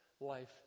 life